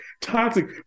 toxic